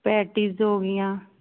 patties ਹੋ ਗਈਆਂ